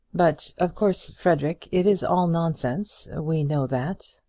but of course, frederic, it is all nonsense we know that.